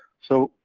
so,